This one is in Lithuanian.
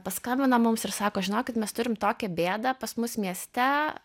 paskambina mums ir sako žinokit mes turim tokią bėdą pas mus mieste